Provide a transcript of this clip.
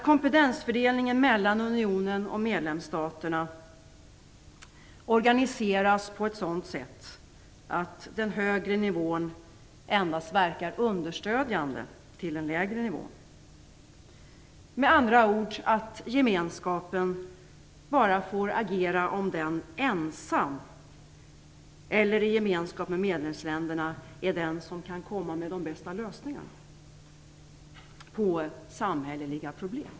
Kompetensfördelningen mellan unionen och medlemsstaterna skall organiseras på ett sådant sätt att den högre nivån endast verkar understödjande för den lägre nivån. Gemenskapen får med andra ord bara agera om den ensam eller i gemenskap med medlemsländerna är den som kan komma med de bästa lösningarna på samhälleliga problem.